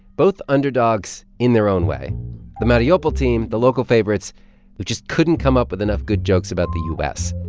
both underdogs in their own way the mariupol team, the local favorites who just couldn't come up with enough good jokes about the u s,